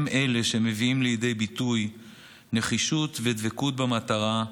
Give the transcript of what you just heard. הם אלה שמביאים לידי ביטוי נחישות ודבקות במטרה,